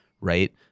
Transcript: right